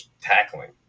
tackling